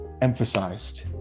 emphasized